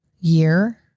year